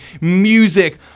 music